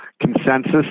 consensus